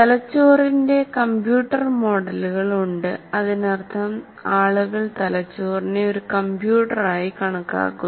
തലച്ചോറിന്റെ കമ്പ്യൂട്ടർ മോഡലുകൾ ഉണ്ട് അതിനർത്ഥം ആളുകൾ തലച്ചോറിനെ ഒരു കമ്പ്യൂട്ടറായി കണക്കാക്കുന്നു